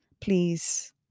please